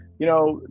you know,